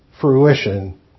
fruition